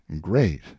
great